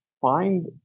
find